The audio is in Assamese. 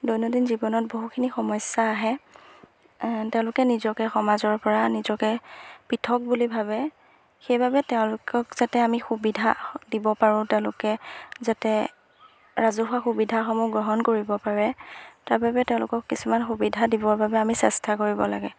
দৈনন্দিন জীৱনত বহুখিনি সমস্যা আহে তেওঁলোকে নিজকে সমাজৰ পৰা নিজকে পৃথক বুলি ভাবে সেইবাবে তেওঁলোকক যাতে আমি সুবিধা দিব পাৰোঁ তেওঁলোকে যাতে ৰাজহুৱা সুবিধাসমূহ গ্ৰহণ কৰিব পাৰে তাৰ বাবে তেওঁলোকক কিছুমান সুবিধা দিবৰ বাবে আমি চেষ্টা কৰিব লাগে